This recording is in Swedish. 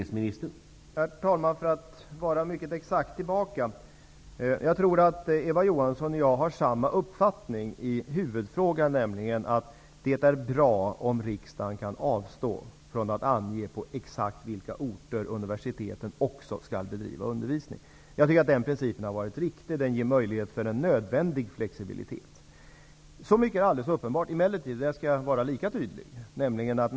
Herr talman! För att vara mycket exakt tillbaka, vill jag säga att jag tror att Eva Johansson och jag har samma uppfattning i huvudfrågan, nämligen att det är bra om riksdagen kan avstå från att ange på exakt vilka orter universiteten skall bedriva undervisning. Jag tycker att den principen har varit riktig. Den ger möjlighet för en nödvändig flexibilitet. Jag skall vara lika tydlig nu också.